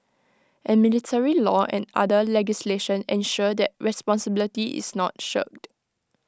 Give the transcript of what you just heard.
and military law and other legislation ensure that responsibility is not shirked